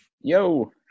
Yo